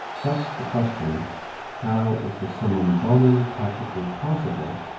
thus the question how is the summum bonum practically possible?